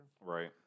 right